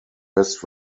west